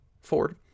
Ford